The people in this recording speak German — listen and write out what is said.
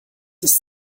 ist